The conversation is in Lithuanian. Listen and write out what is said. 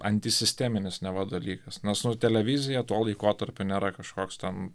antisisteminis neva dalykas nes televizija tuo laikotarpiu nėra kažkoks ten